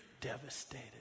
devastated